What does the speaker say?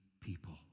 people